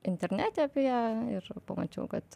internete apie ją ir pamačiau kad